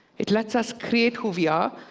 it lets us create who we are,